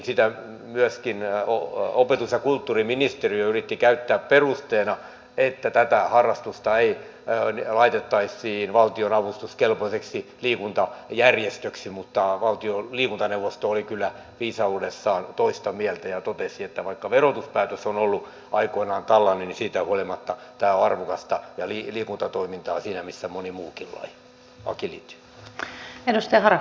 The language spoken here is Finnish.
sitä myöskin opetus ja kulttuuriministeriö yritti käyttää perusteena että tätä harrastusta ei laitettaisi valtion avustuskelpoiseksi liikuntajärjestöksi mutta valtion liikuntaneuvosto oli kyllä viisaudessaan toista mieltä ja totesi että vaikka verotuspäätös on ollut aikoinaan tällainen niin siitä huolimatta agility on arvokasta liikuntatoimintaa siinä missä moni muukin laji